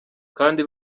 kandi